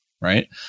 right